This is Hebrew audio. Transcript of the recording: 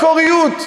מקוריות.